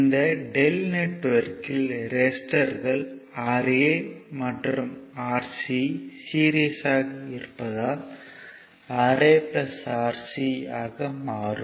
இந்த Δ நெட்வொர்க்யில் ரெசிஸ்டர்கள் Ra மற்றும் Rc சீரிஸ்யாக இருப்பதால் Ra Rc ஆக மாறும்